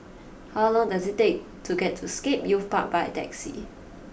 how long does it take to get to Scape Youth Park by taxi